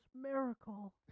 miracle